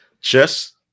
Chess